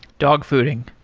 dog fooding.